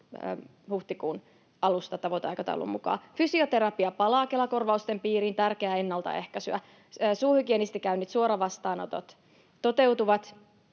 huhtikuun alusta tavoiteaikataulun mukaan. Fysioterapia palaa Kela-korvausten piiriin — tärkeää ennaltaehkäisyä. Suuhygienistikäyntien suoravastaanotot toteutuvat